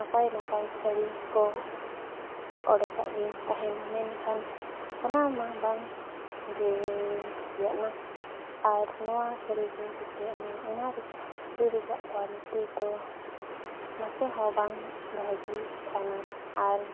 ᱱᱟᱯᱟᱭ ᱱᱟᱯᱟᱭ ᱥᱟᱹᱲᱤ ᱠᱚ ᱚᱰᱚᱠᱟᱫᱤᱧ ᱛᱟᱦᱮᱸᱫ ᱢᱮᱱᱠᱷᱟᱱ ᱚᱱᱟ ᱢᱟ ᱵᱟᱝ ᱜᱮᱧ ᱠᱩᱥᱤᱭᱟᱜᱼᱱᱟ ᱟᱨ ᱱᱚᱣᱟ ᱥᱟᱹᱲᱤ ᱜᱤᱧ ᱠᱩᱥᱤᱭᱟᱜᱼᱱᱟ ᱚᱱᱟ ᱞᱩᱜᱽᱲᱤᱡᱽ ᱨᱮᱡᱟᱜ ᱠᱚᱣᱟᱞᱤᱴᱤ ᱫᱚ ᱱᱟᱥᱮ ᱦᱚᱸ ᱵᱟᱝ ᱵᱷᱟᱹᱜᱤ ᱟᱱᱟ ᱟᱨ